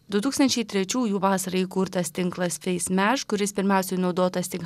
du tūkstančiai trečiųjų vasarą įkurtas tinklas feis meš kuris pirmiausiai naudotas tik